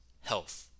health